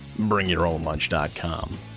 bringyourownlunch.com